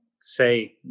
say